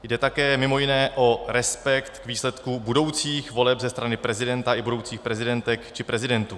Jde také mimo jiné o respekt k výsledku budoucích voleb ze strany prezidenta i budoucích prezidentek či prezidentů.